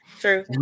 True